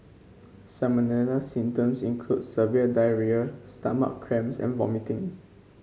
salmonella symptoms include severe diarrhoea stomach cramps and vomiting